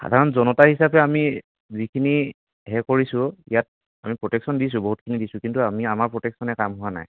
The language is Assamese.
সাধাৰণ জনতা হিচাপে আমি যিখিনি হেৰি কৰিছোঁ ইয়াত আমি প্ৰটেকচন দিছোঁ বহুতখিনি দিছোঁ কিন্তু আমি আমাৰ প্ৰটেকচনে কাম হোৱা নাই